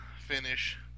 finish